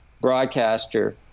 broadcaster